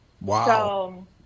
Wow